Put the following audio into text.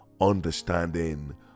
understanding